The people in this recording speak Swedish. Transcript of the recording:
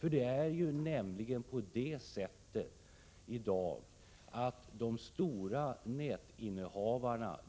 Kabel-TV-området domineras nämligen i dag helt av de stora nätinnehavarna.